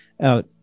out